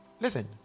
Listen